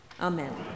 Amen